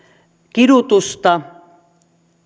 kidutusta